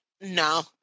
No